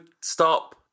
stop